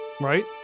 right